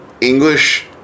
English